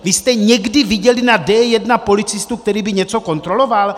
Vy jste někdy viděli na D1 policistu, který by něco kontroloval?